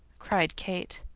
cried kate.